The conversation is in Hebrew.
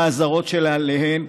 עם האזהרות עליהן,